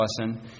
lesson